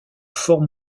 forts